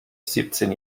siebzehn